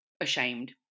ashamed